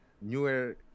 newer